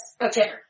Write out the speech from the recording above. Okay